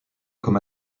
comme